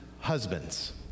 husbands